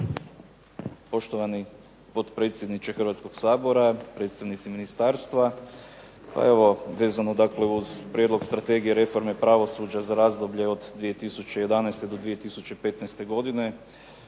Poštovani potpredsjedniče Hrvatskog sabora, predstavnici ministarstva. Pa evo vezano dakle uz prijedlog strategije reforme pravosuđa za razdoblje od 2011. do 2015. godine